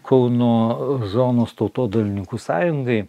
kauno zonos tautodailininkų sąjungai